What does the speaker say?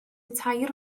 tair